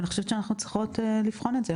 אני חושבת שאנחנו צריכות לבחון את זה,